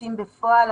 עושים בפועל.